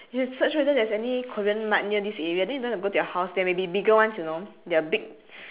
you search whether there's any korean mart near this area then you don't have to go to your house there may be bigger ones you know they are big